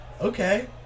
okay